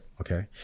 Okay